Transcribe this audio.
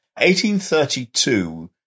1832